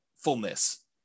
fullness